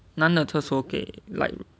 男的厕所给 like